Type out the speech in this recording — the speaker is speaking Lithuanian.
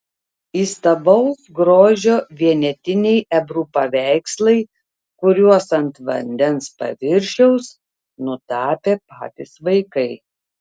įstabaus grožio vienetiniai ebru paveikslai kuriuos ant vandens paviršiaus nutapė patys vaikai